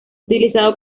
utilizado